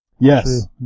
Yes